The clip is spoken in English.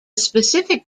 specific